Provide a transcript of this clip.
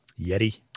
Yeti